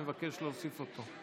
אני מבקש להוסיף אותו,